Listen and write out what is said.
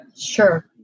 sure